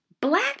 Black